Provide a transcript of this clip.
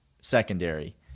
secondary